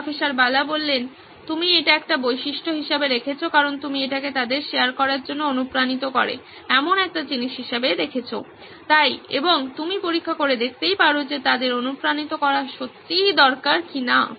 professor Bala তুমি এটি একটি বৈশিষ্ট্য হিসাবে রেখেছো কারণ তুমি এটাকে তাদের শেয়ার করার জন্য অনুপ্রাণিত করে এমন একটা জিনিস হিসাবে দেখেছো তাই এবং তুমি পরীক্ষা করে দেখতে পারো যে তাদের অনুপ্রাণিত করা সত্যিই দরকার কিনা